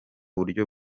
buryo